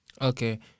Okay